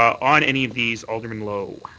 on any of these alderman lowe.